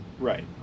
Right